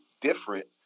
different